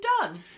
done